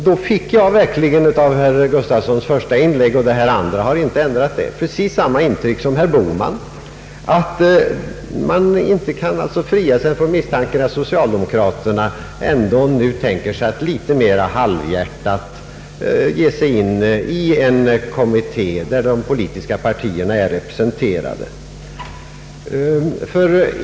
Jag fick verkligen av herr Gustavssons första inlägg precis samma intryck som herr Bohman, nämligen att man inte kan befria sig från misstanken att socialdemokraterna ändå nu tänker sig att litet halvhjärtat gå med i en kommitté där de politiska partierna är representerade.